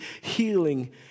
healing